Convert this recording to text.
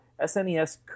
SNES